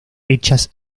hechas